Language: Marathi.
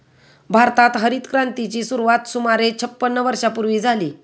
भारतात हरितक्रांतीची सुरुवात सुमारे छपन्न वर्षांपूर्वी झाली